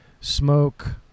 smoke